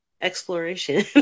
exploration